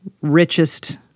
richest